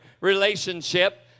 relationship